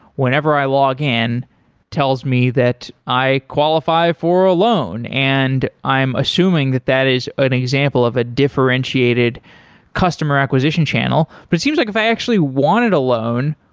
whenever i log in tells me that i qualify for a loan and i'm assuming that that is an example of a differentiated customer acquisition channel, but it seems like if i actually wanted a loan,